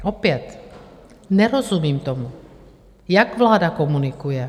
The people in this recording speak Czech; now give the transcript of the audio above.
Opět nerozumím tomu, jak vláda komunikuje.